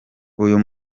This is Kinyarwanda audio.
uyu